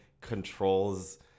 controls